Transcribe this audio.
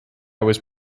was